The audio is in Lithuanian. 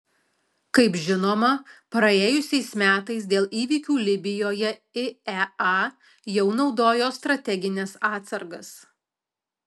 kaip žinoma praėjusiais metais dėl įvykių libijoje iea jau naudojo strategines atsargas